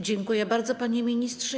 Dziękuję bardzo, panie ministrze.